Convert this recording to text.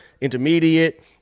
intermediate